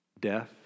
Death